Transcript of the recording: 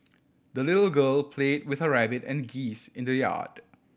the little girl played with her rabbit and geese in the yard